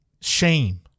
shame